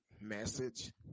message